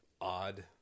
odd